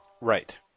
right